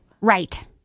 Right